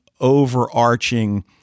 overarching